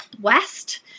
west